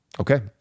Okay